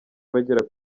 abagera